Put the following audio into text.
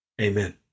Amen